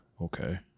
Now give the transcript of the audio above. Okay